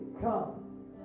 come